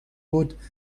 بود